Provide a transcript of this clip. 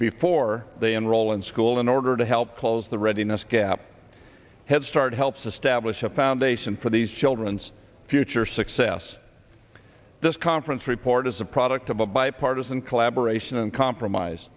before they enroll in school in order to help close the readiness gap headstart helps establish a foundation for these children's future success this conference report is a product of a bipartisan collaboration and compromise